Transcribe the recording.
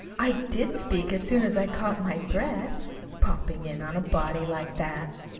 i did speak as soon as i caught my breath popping in on a body like that!